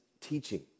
teaching